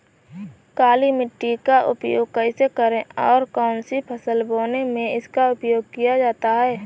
काली मिट्टी का उपयोग कैसे करें और कौन सी फसल बोने में इसका उपयोग किया जाता है?